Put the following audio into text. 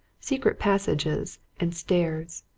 secret passages and stairs,